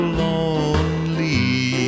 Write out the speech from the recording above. lonely